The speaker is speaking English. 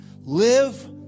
Live